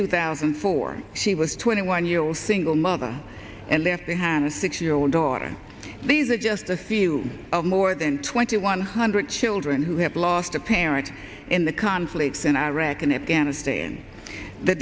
two thousand and four she was twenty one year old single mother and left they had a six year old daughter these are just a few of more than twenty one hundred children who have lost a parent in the conflicts in iraq and afghanistan the